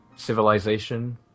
civilization